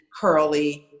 curly